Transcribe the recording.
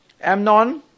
Amnon